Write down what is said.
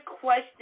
question